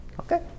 Okay